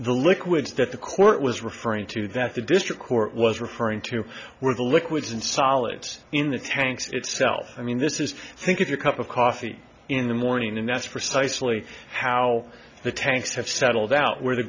court was referring to that the district court was referring to were the liquids and solids in the tanks itself i mean this is think of your cup of coffee in the morning and that's precisely how the tanks have settled out where the